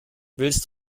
willst